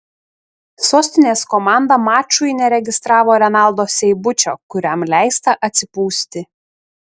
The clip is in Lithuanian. sostinės komanda mačui neregistravo renaldo seibučio kuriam leista atsipūsti